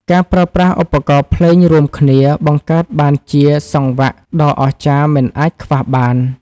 ការប្រើប្រាស់ឧបករណ៍ភ្លេងរួមគ្នាបង្កើតបានជាសង្វាក់ដ៏អស្ចារ្យមិនអាចខ្វះបាន។